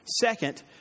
Second